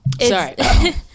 sorry